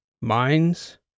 Mines